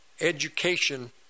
education